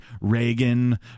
reagan